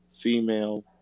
female